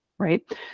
Right